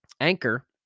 Anchor